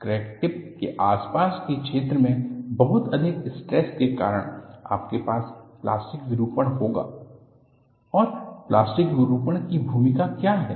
crack tip के आसपास के क्षेत्र में बहुत अधिक स्ट्रेस के कारण आपके पास प्लास्टिक विरूपण होगा और प्लास्टिक विरूपण की भूमिका क्या है